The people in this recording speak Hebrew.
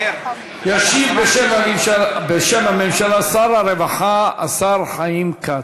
ישיב בשם הממשלה שר הרווחה, השר חיים כץ.